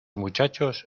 muchachos